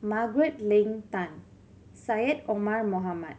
Margaret Leng Tan Syed Omar Mohamed